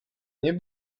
nie